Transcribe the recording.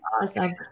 Awesome